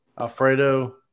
Alfredo